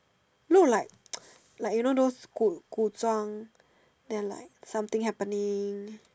look like like you know those 古古装：gu gu zhuang then like something happening